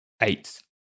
eight